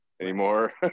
anymore